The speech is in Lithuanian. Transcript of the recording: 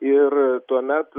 ir tuomet